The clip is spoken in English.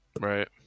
right